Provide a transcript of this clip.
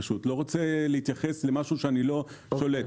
ואני לא רוצה להתייחס למשהו שאני לא שולט בו.